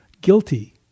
guilty